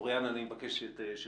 אוריין, אני מבקש שתמשיך.